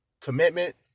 commitment